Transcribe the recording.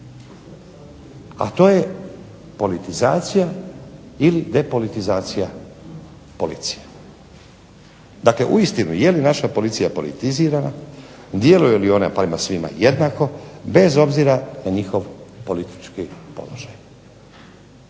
A to je politizacija ili depolitizacija policije. Dakle, uistinu je li naša policija politizirana, djeluje li ona prema svima jednako bez obzira na njihov politički položaj?